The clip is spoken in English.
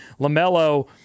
LaMelo